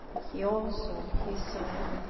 he also, on his side,